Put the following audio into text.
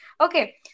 Okay